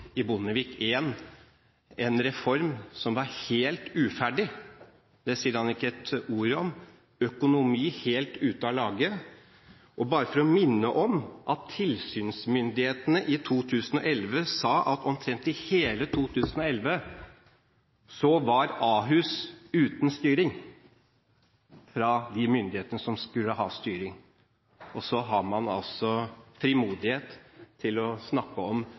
en reform som var helt uferdig, sa han ikke et ord om. Økonomien var helt ute av lage. Og bare for å minne om det – tilsynsmyndighetene sa i 2011 at omtrent i hele 2011 var Ahus uten styring fra de myndighetene som skulle ha styring. Likevel har man altså frimodighet til å snakke om